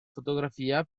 fotografia